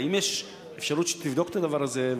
האם יש אפשרות שתבדוק את הדבר הזה?